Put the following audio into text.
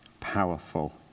powerful